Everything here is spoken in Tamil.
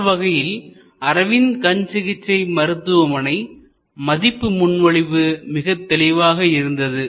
அந்த வகையில் அரவிந்த் கண் சிகிச்சை மருத்துவமனை மதிப்பு முன்மொழிவு மிகத் தெளிவாக இருந்தது